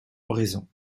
oraison